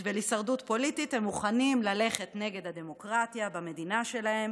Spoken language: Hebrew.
ובשביל הישרדות פוליטית הם מוכנים ללכת נגד הדמוקרטיה במדינה שלהם